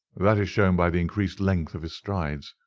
that is shown by the increased length of his strides.